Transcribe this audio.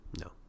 No